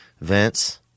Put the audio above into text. Vince